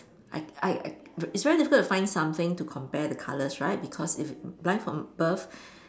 I I I it's very difficult to find something to compare the colours right because if blind from birth